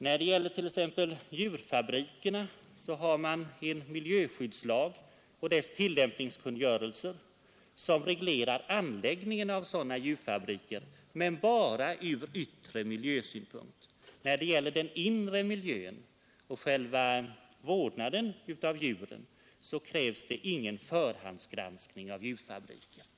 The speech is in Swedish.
När det gäller t.ex. djurfabrikerna finns det en miljöskyddslag och dess tillämpningskungörelse, som reglerar anläggningen av sådana djurfabriker — men bara från yttre miljösynpunkt. När det gäller den inre miljön och själva vårdnaden om djuren krävs ingen förhandsgranskning av djurfabriken.